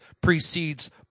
precedes